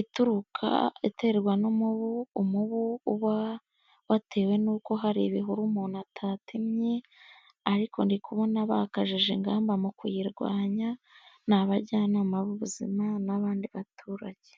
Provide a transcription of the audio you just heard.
ituruka iterwa n'umubu, umubu uba watewe n'uko hari ibihuru umuntu atatemye, ariko ndi kubona bakajije ingamba mu kuyirwanya, ni abajyanama b'ubuzima n'abandi baturage.